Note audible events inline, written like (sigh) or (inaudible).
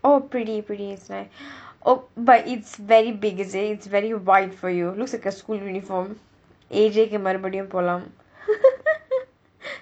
oh pretty pretty oh but it's very big is it it's very wide for you looks like a school uniform A_J க்கு மறுபடியும் போலாம்:ku marubadiyum polaam (laughs)